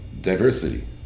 diversity